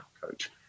coach